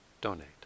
donate